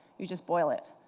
you just boil it.